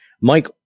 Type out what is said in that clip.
Mike